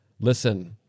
listen